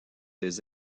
des